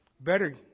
better